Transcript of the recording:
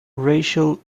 racial